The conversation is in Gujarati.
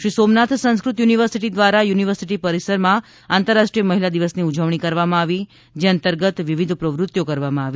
શ્રી સોમનાથ સંસ્કૃત યુનિવર્સિટી દ્વારા યુનિવર્સિટી પરિસરમાં આંતરરાષ્ટ્રીય મહિલા દિવસની ઉજવણી કરવામાં આવી જે અંતર્ગત વિવિધ પ્રવૃત્તિઓ કરવામાં આવી